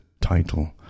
title